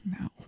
No